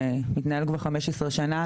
שמתנהל כבר 15 שנה,